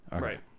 Right